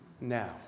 now